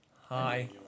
Hi